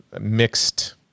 mixed